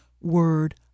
Word